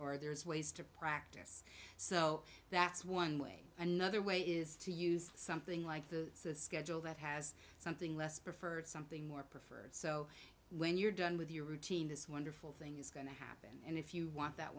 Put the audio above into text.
or there's ways to practice so that's one way another way is to use something like the schedule that has something less preferred something more preferred so when you're done with your routine this wonderful thing is going to happen and if you want that